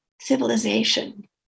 civilization